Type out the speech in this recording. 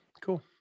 Cool